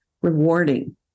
rewarding